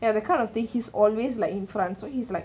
ya that kind of thing he's always like in front so he's like